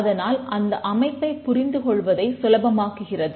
அதனால் அந்த அமைப்பைப் புரிந்து கொள்வதை சுலபமாக்குகிறது